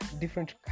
different